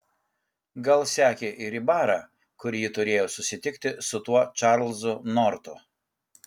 gal sekė ir į barą kur ji turėjo susitikti su tuo čarlzu nortu